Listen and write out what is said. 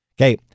Okay